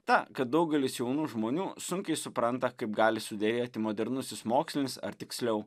ta kad daugelis jaunų žmonių sunkiai supranta kaip gali suderėti modernusis mokslinis ar tiksliau